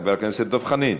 חבר הכנסת דב חנין,